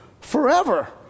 forever